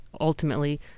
ultimately